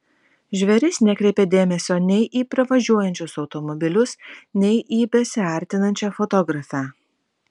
žvėris nekreipė dėmesio nei į pravažiuojančius automobilius nei į besiartinančią fotografę